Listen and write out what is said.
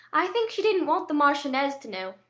i think she didn't want the marchioness to know.